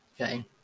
okay